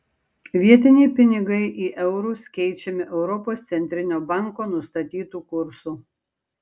vietiniai pinigai į eurus keičiami europos centrinio banko nustatytu kursu